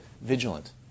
vigilant